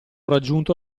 raggiunto